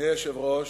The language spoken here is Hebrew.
אדוני היושב-ראש,